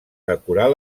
decorar